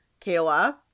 Kayla